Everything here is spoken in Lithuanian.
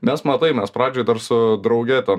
nes matai mes pradžioje dar su drauge ten